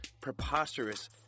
preposterous